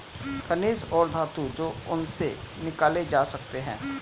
खनिज और धातु जो उनसे निकाले जा सकते हैं